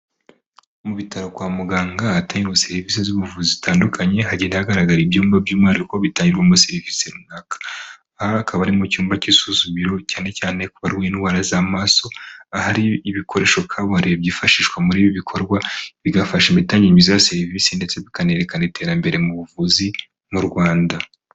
Mu bitaro kwa muganga ahatangirwa serivisi z'ubuvuzi zitandukanye hagenda hagaragara ibyumba by'umwihariko ibitangirwa serivisi runaka, aha akaba ari mu cyumba cy'isuzumiro cyane cyane kuba barwaye indwara z'amaso, ahari ibikoresho kabuhariwe byifashishwa muri ibi bikorwa bigafasha imitangire myiza ya serivisi ndetse bikanerekana iterambere mu buvuzi mu Rwanda.